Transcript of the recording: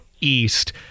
East